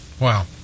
Wow